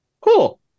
cool